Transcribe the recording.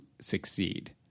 succeed